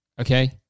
okay